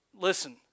Listen